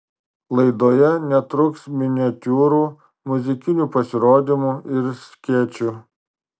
laidoje netruks miniatiūrų muzikinių pasirodymų ir skečų